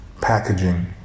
Packaging